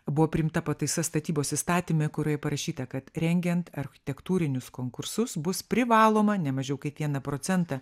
buvo priimta pataisa statybos įstatyme kurioj parašyta kad rengiant architektūrinius konkursus bus privaloma ne mažiau kaip vieną procentą